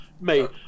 Mate